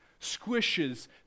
squishes